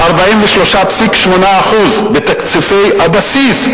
43.8% בתקציב הבסיס,